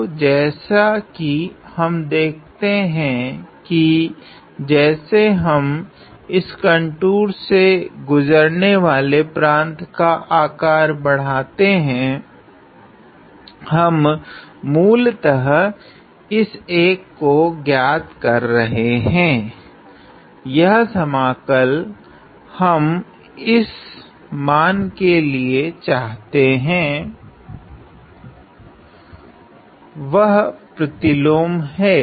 तो जैसा कि हम देखते है कि जैसे हम इस कंटूर से गुजरने वाले प्रांत का आकार बड़ाते है हम मूलतः इस एक को ज्ञात कर रहे है यह समाकल हम इस मान के लिए चाहते हैं वह प्रतिलोम हैं